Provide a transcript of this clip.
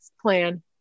plan